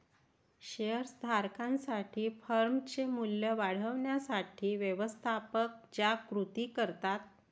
share धारकांसाठी फर्मचे मूल्य वाढवण्यासाठी व्यवस्थापक ज्या कृती करतात